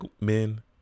men